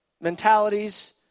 mentalities